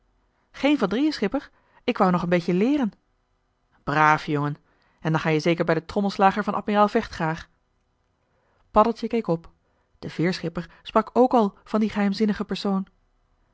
geen van drieën schipper ik wou nog een beetje leeren braaf jongen en dan ga-je zeker bij den trommelslager van admiraal vechtgraag paddeltje keek op de veerschipper sprak ook al van dien geheimzinnigen persoon